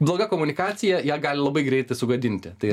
bloga komunikacija ją gali labai greitai sugadinti tai